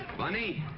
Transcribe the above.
bunny.